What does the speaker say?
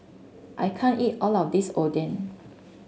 I can't eat all of this Oden